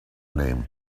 name